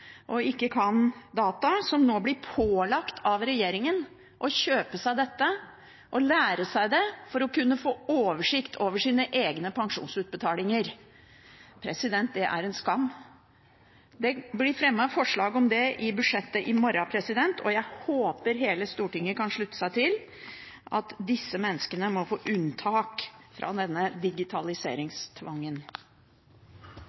og ikke kan data, som nå blir pålagt av regjeringen å kjøpe seg dette og lære seg det for å kunne få oversikt over sine egne pensjonsutbetalinger. Det er en skam! Det blir fremmet forslag om det i forbindelse med budsjettdebatten i morgen, og jeg håper hele Stortinget kan slutte seg til at disse menneskene må få unntak fra denne